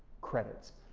credits,